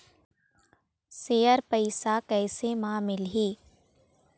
Share पैसा कैसे म मिलही?